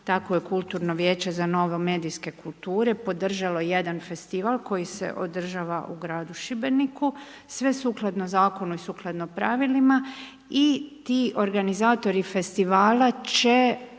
Tako je kulturno vijeće za novomedijske kulture podržalo jedan festival koji se održava u gradu Šibeniku sve sukladno Zakonu i sukladno pravilima i ti organizatori festivala će